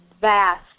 vast